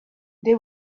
they